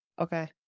okay